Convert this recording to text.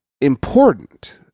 important